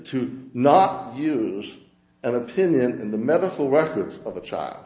to not use an opinion in the medical records of a child